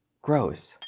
gross.